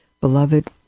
Beloved